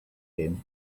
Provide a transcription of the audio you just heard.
him